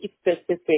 specific